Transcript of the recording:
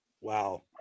Wow